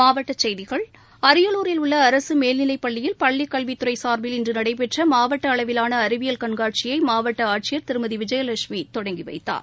மாவட்ட செய்திகள் அரியலூரில் உள்ள அரசு மேல்நிலைப் பள்ளியில் பள்ளிக் கல்வித் துறை சார்பில் இன்று நடைபெற்ற மாவட்ட அளவிவான அறிவியல் கண்காட்சியை மாவட்ட ஆட்சியர் திருமதி விஜயலட்சுமி தொடங்கி வைத்தார்